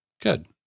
good